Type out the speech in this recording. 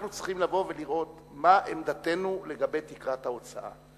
אנחנו צריכים לבוא ולראות מה עמדתנו לגבי תקרת ההוצאה,